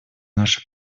наша